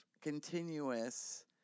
continuous